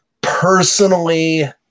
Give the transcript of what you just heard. Personally